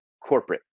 corporate